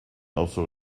also